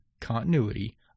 continuity